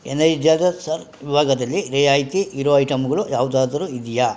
energiser ವಿಭಾಗದಲ್ಲಿ ರಿಯಾಯಿತಿ ಇರೋ ಐಟಮ್ಗಳು ಯಾವ್ದಾದ್ರೂ ಇದೆಯಾ